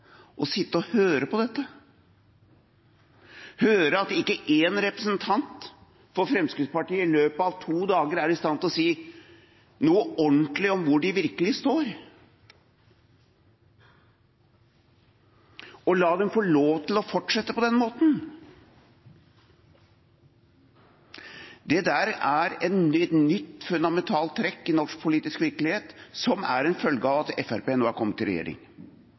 sitte og høre på dette, høre at ikke én representant for Fremskrittspartiet i løpet av to dager er i stand til å si noe ordentlig om hvor de virkelig står. Å la dem få lov til å fortsette på den måten er et nytt fundamentalt trekk i norsk politisk virkelighet som er en følge av at Fremskrittspartiet nå er kommet i regjering.